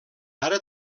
ara